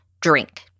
drink